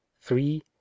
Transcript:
three